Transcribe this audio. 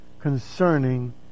concerning